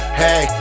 hey